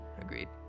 agreed